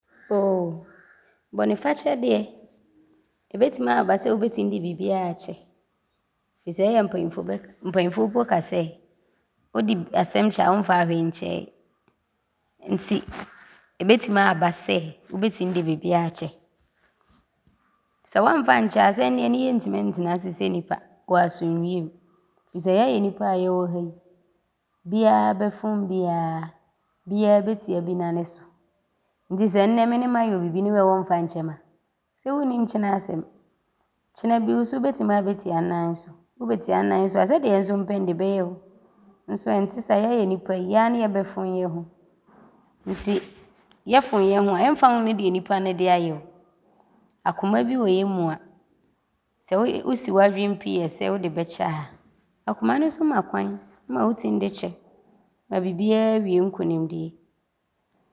Ooo bɔnefakyɛ deɛ, ɔbɛtim aaba sɛ, wobɛtim de bibiaa aakyɛ firi sɛ ɔyɛ a mpanimfoɔ mpo ka sɛ,”wode asɛm kyɛ a ne womfaa hwee nkyɛeɛ” nti ɔbɛtim aaba sɛ, wobɛtim de bibiaa akyɛ. Sɛ woamfa ankyɛ a, sɛ nneɛ yɛntim ntena sɛ nnipa wɔ asomdwie mu firi sɛ yɛayɛ nnipa a yɛwɔ ha yi, biaa bɛfom biaa. Biaa bɛtia bi nane so nti sɛ nnɛ mene mayɛ wo bibi ne wɛɛ wɔmfa nkyɛ me a, sɛ wonnim kyena asɛm. Kyena bi wo so wobɛtim aabɛtiam nnane so. Wobɛtia nnane so a, sɛ deɛ nso mpɛ nde bɛyɛ wo nso ɔnte saa yɛayɛ nnipa yi, yɛ ara ne yɛbɛfom yɛ ho nti yɛfom yɛ ho a, ɔmfa ho ne deɛ nnipa no de ayɛ wo. Akoma bi wɔ yɛ mu a, sɛ wosi w’adwene pi yɛ sɛ wode bɛkyɛ a, akoma ne so ma kwan ma wotim de kyɛ ma bibiaa wie nkunimdie.